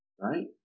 right